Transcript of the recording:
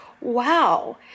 wow